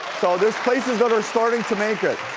so, there's places that are starting to make it.